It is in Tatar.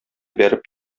бәреп